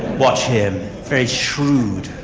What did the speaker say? watch him. very shrewd.